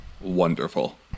wonderful